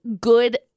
good